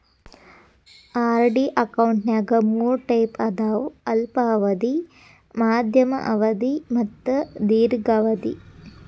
RD ಅಕೌಂಟ್ನ್ಯಾಗ ಮೂರ್ type ಅದಾವ ಅಲ್ಪಾವಧಿ ಮಾಧ್ಯಮ ಅವಧಿ ಮತ್ತ ದೇರ್ಘಾವಧಿ